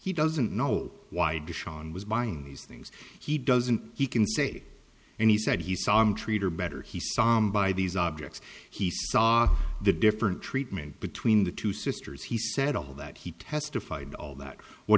he doesn't know why does shawn was buying these things he doesn't he can say and he said he saw them treat or better he sam by these objects he saw the different treatment between the two sisters he said all that he testified all that wh